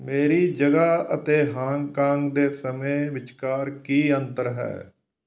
ਮੇਰੀ ਜਗ੍ਹਾਂ ਅਤੇ ਹਾਂਗਕਾਂਗ ਦੇ ਸਮੇਂ ਵਿਚਕਾਰ ਕੀ ਅੰਤਰ ਹੈ